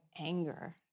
anger